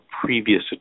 previous